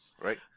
right